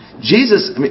Jesus